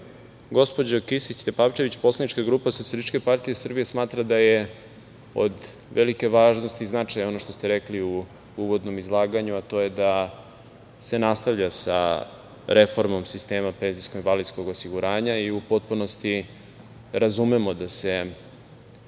gospođo Kisić Tepavčević, poslanička grupa SPS smatra da je od velike važnosti i značaja ono što ste rekli u uvodnom izlaganju, a to je da se nastavlja sa reformom sistema penzijskog i invalidskog osiguranja i u potpunosti razumemo da se